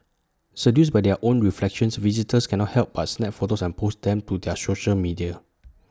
seduced by their own reflections visitors cannot help but snap photos and post them to their social media